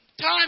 time